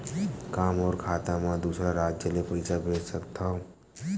का मोर खाता म दूसरा राज्य ले पईसा भेज सकथव?